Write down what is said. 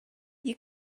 you